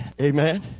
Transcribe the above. Amen